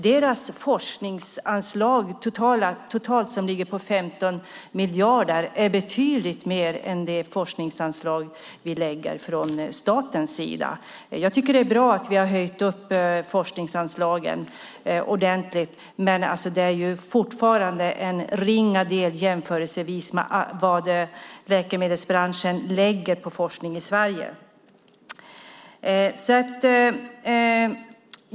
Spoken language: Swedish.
Deras totala forskningsanslag på 15 miljarder är betydligt mer än det forskningsanslag vi lägger från statens sida. Jag tycker att det är bra att vi har höjt forskningsanslagen ordentligt, men det är ju fortfarande en ringa del jämfört med vad läkemedelsbranschen lägger på forskning i Sverige.